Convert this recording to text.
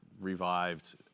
Revived